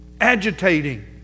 agitating